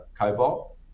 cobalt